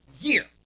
year